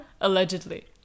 Allegedly